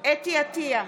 אתי עטייה,